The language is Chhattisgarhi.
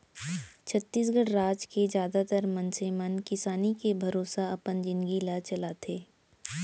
छत्तीसगढ़ राज के जादातर मनसे मन किसानी के भरोसा अपन जिनगी ल चलाथे